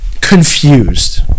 confused